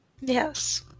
Yes